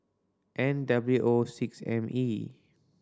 N W O six M E